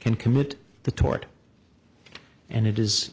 can commit the tort and it is